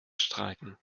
streiken